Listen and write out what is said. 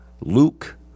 Luke